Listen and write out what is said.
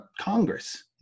Congress